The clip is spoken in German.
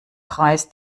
kreis